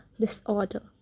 disorder